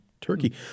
turkey